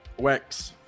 Wex